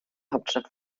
hauptstadt